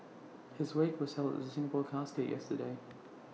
his wake was held at the Singapore casket yesterday